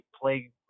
play